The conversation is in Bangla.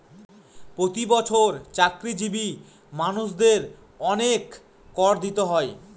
প্রতি বছর চাকরিজীবী মানুষদের অনেক কর দিতে হয়